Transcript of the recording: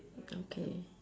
okay